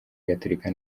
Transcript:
gatolika